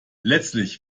letztlich